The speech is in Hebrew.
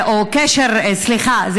סליחה,